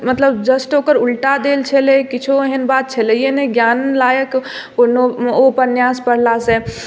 मतलब जस्ट ओकर उलटा देल छलै किछो एहेन बात छलहिये नहि ज्ञान लायक ओ उपन्यास पढला से